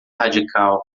radical